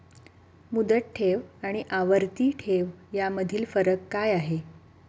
मुदत ठेव आणि आवर्ती ठेव यामधील फरक काय आहे?